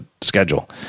schedule